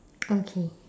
okay